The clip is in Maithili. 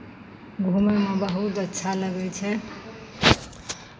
घूमयमे बहुत अच्छा लगै छै